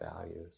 values